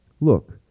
Look